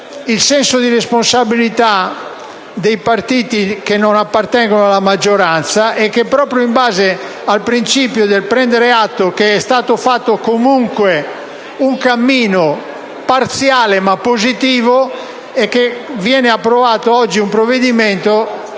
il senso di responsabilità dei partiti che non appartengono alla maggioranza, proprio prendendo atto che è stato fatto comunque un cammino parziale, ma positivo, e che viene approvato oggi un provvedimento